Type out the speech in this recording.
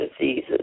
diseases